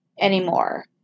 anymore